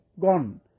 gone